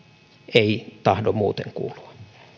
ei tahdo muuten kuulua